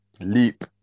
Leap